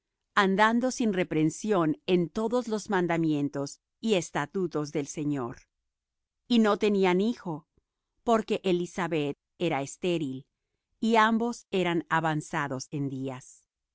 andando sin reprensión en todos los mandamientos y estatutos del señor y no tenían hijo porque elisabet era estéril y ambos eran avanzados en días y